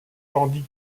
tandis